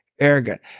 Arrogant